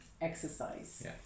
exercise